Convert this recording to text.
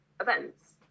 events